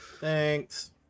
Thanks